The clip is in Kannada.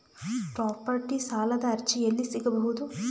ಪ್ರಾಪರ್ಟಿ ಸಾಲದ ಅರ್ಜಿ ಎಲ್ಲಿ ಸಿಗಬಹುದು?